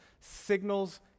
signals